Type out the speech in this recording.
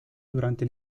durante